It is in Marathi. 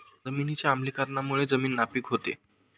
जमिनीच्या आम्लीकरणामुळे जमीन नापीक होते